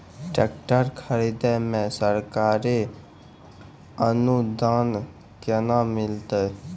Tractor खरीदै मे सरकारी अनुदान केना मिलतै?